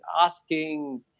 asking